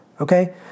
Okay